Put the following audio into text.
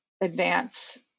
advance